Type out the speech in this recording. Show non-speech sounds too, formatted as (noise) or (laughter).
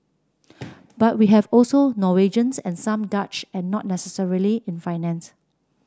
(noise) but we have also Norwegians and some Dutch and not necessarily in finance